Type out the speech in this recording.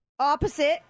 Opposite